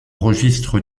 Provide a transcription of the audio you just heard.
registre